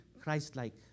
Christ-like